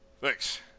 thanks